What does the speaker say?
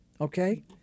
okay